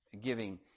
giving